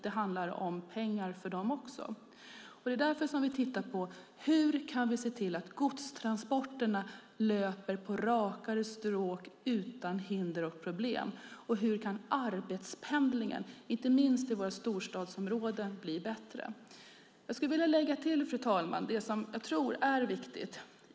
Det handlar nämligen om pengar för dem också. Det är därför vi tittar på hur vi kan se till att godstransporterna löper på rakare stråk utan hinder och problem och hur arbetspendlingen, inte minst i våra storstadsområden, kan bli bättre. Jag skulle vilja lägga till, fru talman, det jag tror är viktigt.